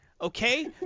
Okay